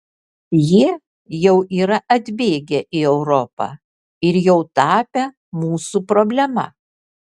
jie jau yra atbėgę į europą ir jau tapę mūsų problema